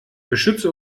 beschütze